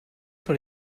sur